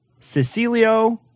Cecilio